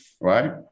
Right